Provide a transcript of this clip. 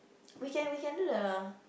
we can we can do the